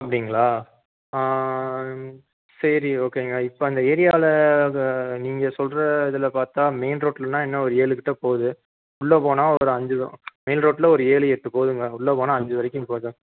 அப்படிங்களா சரி ஓகேங்க இப்போ அந்த ஏரியாவில் அது நீங்கள் சொல்கிற இதில் பார்த்தா மெயின் ரோட்லேனா என்ன ஒரு ஏழுக் கிட்டே போகுது உள்ளே போனால் ஒரு அஞ்சு தான் மெயின் ரோட்டில் ஒரு ஏழு எட்டு போகுதுங்க உள்ளே போனால் அஞ்சு வரைக்கும் போகும்